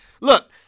Look